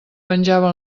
penjava